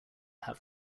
have